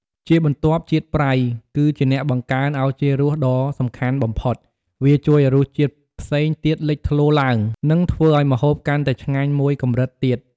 ជាបន្ទាប់ ជាតិប្រៃ គឺជាអ្នកបង្កើនឱជារសដ៏សំខាន់បំផុត វាជួយឱ្យរសជាតិផ្សេងទៀតលេចធ្លោឡើង និងធ្វើឱ្យម្ហូបកាន់តែឆ្ញាញ់មួយកម្រិតទៀត។